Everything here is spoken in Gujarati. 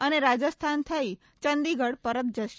અને રાજસ્થાન થઇ ચંદીગઢ પરત જશે